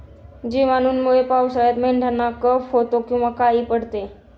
जिवाणूंमुळे पावसाळ्यात मेंढ्यांना कफ होतो किंवा काळी पडते